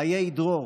חיי דרור.